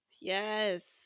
Yes